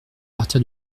partir